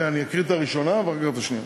אני אקריא את הראשונה ואחר כך את השנייה.